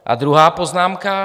A druhá poznámka.